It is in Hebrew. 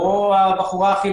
דבר.